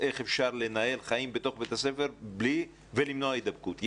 איך אפשר לנהל חיים בתוך בית הספר ולמנוע הידבקות.